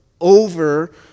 over